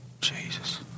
Jesus